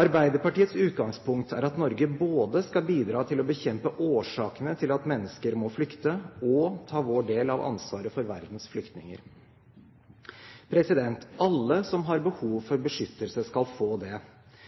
Arbeiderpartiets utgangspunkt er at Norge både skal bidra til å bekjempe årsakene til at mennesker må flykte og ta vår del av ansvaret for verdens flyktninger. Alle som har behov for beskyttelse, skal få det.